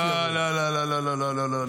לא לא לא לא.